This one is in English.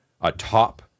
atop